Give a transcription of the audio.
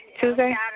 Tuesday